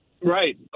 Right